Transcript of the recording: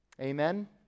Amen